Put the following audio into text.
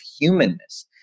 humanness